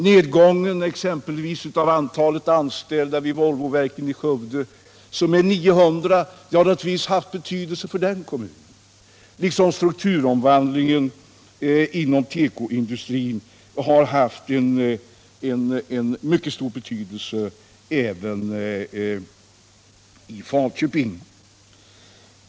Nedgången av antalet anställda vid Volvoverken i Skövde, som är omkring 900, har naturligtvis haft betydelse för den kommunen, liksom strukturomvandlingen inom tekoindustrin har haft en mycket stor betydelse i Falköping.